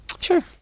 Sure